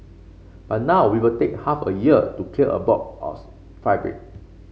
but now we take half a year to clear a box of fabric